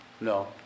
No